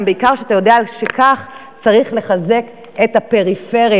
גם בעיקר שאתה יודע שכך צריך לחזק את הפריפריה,